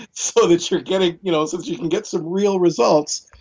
so that you're getting, you know since you can get some real results,